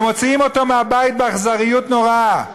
ומוציאים אותו מהבית באכזריות נוראה,